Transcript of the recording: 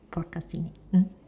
procrastinate mm